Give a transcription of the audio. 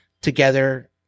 together